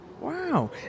Wow